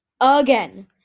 Again